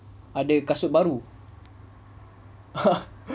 ada kasut baru